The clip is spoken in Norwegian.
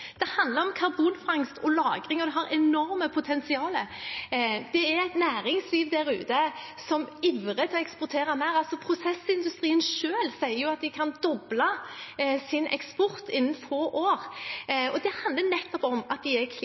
Det handler om karbonfangst og -lagring, og det har et enormt potensial. Det er et næringsliv der ute som ivrer etter å eksportere mer. Prosessindustrien selv sier jo at de kan doble sin eksport innen få år, og det handler nettopp om at de er